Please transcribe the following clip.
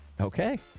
Okay